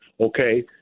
okay